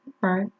Right